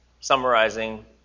summarizing